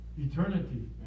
eternity